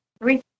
three